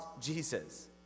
Jesus